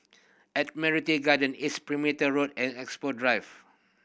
Admiralty Garden East Perimeter Road and Expo Drive